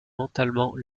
mentalement